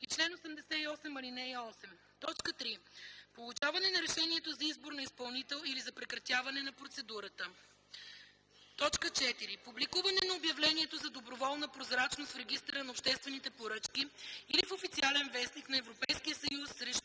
и чл. 88, ал. 8; 3. получаване на решението за избор на изпълнител или за прекратяване на процедурата; 4. публикуване на обявлението за доброволна прозрачност в Регистъра на обществените поръчки или в „Официален вестник” на Европейския съюз – срещу